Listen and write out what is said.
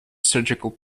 surgical